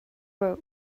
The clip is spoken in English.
were